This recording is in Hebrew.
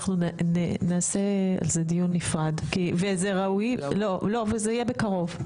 אנחנו נעשה על זה דיון נפרד וזה יהיה בקרוב.